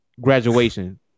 graduation